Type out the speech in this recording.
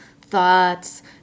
thoughts